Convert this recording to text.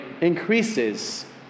increases